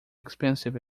expensive